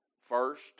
first